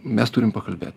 mes turim pakalbėt